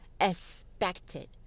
Expected